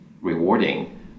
rewarding